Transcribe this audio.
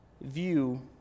view